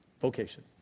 Vocation